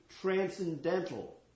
transcendental